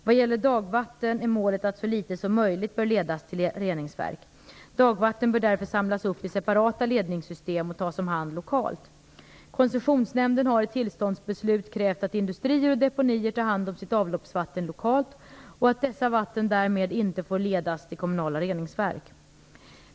Vad gäller dagvatten är målet att så litet som möjligt bör ledas till reningsverk. Dagvatten bör därför samlas upp i separata ledningssystem och tas om hand lokalt. Koncessionsnämnden har i tillståndsbeslut krävt att industrier och deponier tar hand om sitt avloppsvatten lokalt och att dessa vatten därmed inte får ledas till kommunala reningsverk.